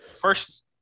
first